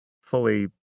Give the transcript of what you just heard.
fully